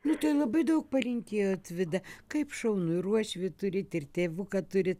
nu tai labai daug palinkėjot vida kaip šaunu ir uošvį turit ir tėvuką turit